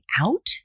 out